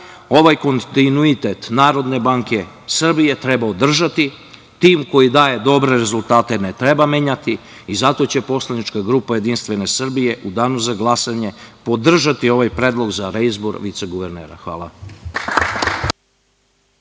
ovaj kontinuitet Narodne banke Srbije treba održati. Tim koji daje dobre rezultate ne treba menjati. Zato će poslanička grupa JS u danu za glasanje podržati ovaj predlog za reizbor viceguvernera. Hvala.